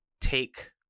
take